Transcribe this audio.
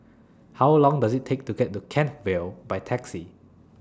How Long Does IT Take to get to Kent Vale By Taxi